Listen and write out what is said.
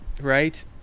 right